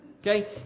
Okay